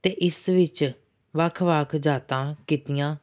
ਅਤੇ ਇਸ ਵਿੱਚ ਵੱਖ ਵੱਖ ਜਾਤਾਂ ਕੀਤੀਆਂ